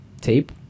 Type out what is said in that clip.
tape